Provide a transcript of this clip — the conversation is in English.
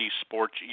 sports